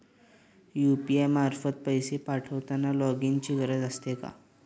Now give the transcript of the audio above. UPI मार्फत पैसे पाठवताना लॉगइनची गरज असते का?